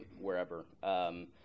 wherever